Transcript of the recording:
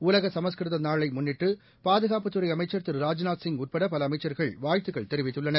உலக சமஸ்கிருத நாளை முன்னிட்டு பாதுகாப்புத்துறை அமைச்சர் திரு ராஜ்நாத் சிங் உட்டட பல அமைச்சர்கள் வாழ்த்துக்கள் தெரிவித்துள்ளனர்